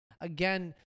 again